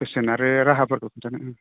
बोसोन आरो राहाफोरखौ खिनथानो